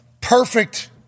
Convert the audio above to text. Perfect